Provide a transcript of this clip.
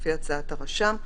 לפי הצעת הרשם,